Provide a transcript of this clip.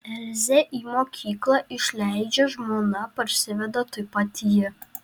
elzę į mokyklą išleidžia žmona parsiveda taip pat ji